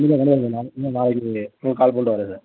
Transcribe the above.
இல்லை நாளைக்கு கால் பண்ணிட்டு வர்றேன் சார்